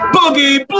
Boogie